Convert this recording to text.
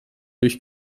durch